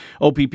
OPP